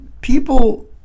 people